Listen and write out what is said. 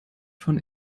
von